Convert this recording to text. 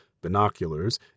binoculars